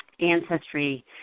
ancestry